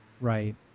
right